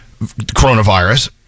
coronavirus